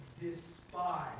despise